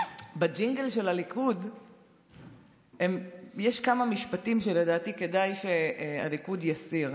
בג'ינגל של הליכוד יש כמה משפטים שלדעתי כדאי שהליכוד יסיר.